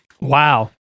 Wow